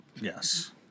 yes